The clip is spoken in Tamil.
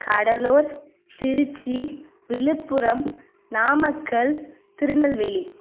கடலூர் திருச்சி விழுப்புரம் நாமக்கல் திருநெல்வேலி